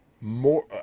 more